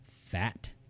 fat